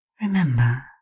Remember